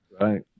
right